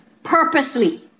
purposely